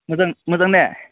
मोजां मोजांने